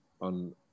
on